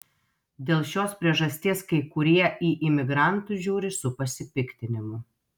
dėl šios priežasties kai kurie į imigrantus žiūri su pasipiktinimu